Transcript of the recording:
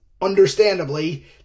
understandably